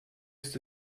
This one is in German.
ist